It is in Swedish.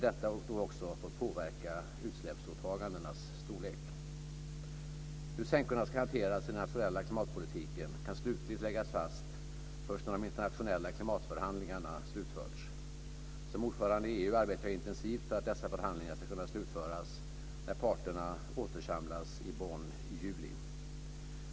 Detta får då också påverka utsläppsåtagandenas storlek. Hur sänkorna ska hanteras i den nationella klimatpolitiken kan slutligt läggas fast först när de internationella klimatförhandlingarna slutförts. Som ordförande i EU arbetar jag intensivt för att dessa förhandlingar ska kunna slutföras när parterna återsamlas i Bonn i juli.